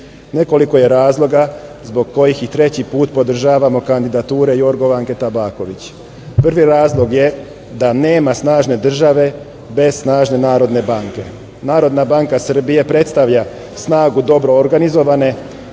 Nekoliko je razloga zbog kojih i treći put podržavamo kandidature Jorgovanke Tabaković. Prvi razlog je da nema snažne države bez snažne Narodne banke. Narodna banka Srbije predstavlja snagu dobro organizovane,